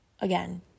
again